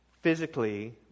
physically